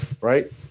Right